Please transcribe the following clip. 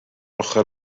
ochr